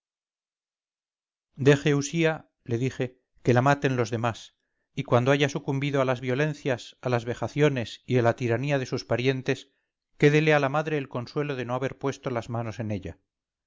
usía le dije que la maten los demás y cuando haya sucumbido a las violencias a las vejaciones y a la tiranía de sus parientes quédele a la madre el consuelo de no haber puesto las manos en ella